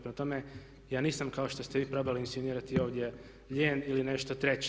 Prema tome, ja nisam kao što ste vi probali insinuirati ovdje lijen ili nešto treće.